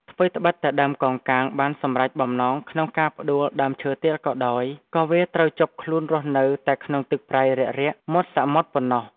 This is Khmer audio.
ថ្វីត្បិតតែដើមកោងកាងបានសម្រេចបំណងក្នុងការផ្តួលដើមឈើទាលក៏ដោយ ក៏វាត្រូវជាប់ខ្លួនរស់នៅតែក្នុងទឹកប្រៃរាក់ៗមាត់សមុទ្រប៉ុណ្ណោះ។